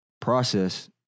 process